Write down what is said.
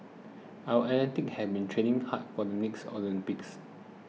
our athletes have been training hard for the next Olympics